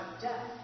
death